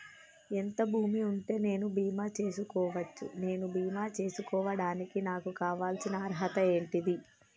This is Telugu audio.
ఎంత భూమి ఉంటే నేను బీమా చేసుకోవచ్చు? నేను బీమా చేసుకోవడానికి నాకు కావాల్సిన అర్హత ఏంటిది?